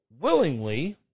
willingly